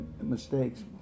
mistakes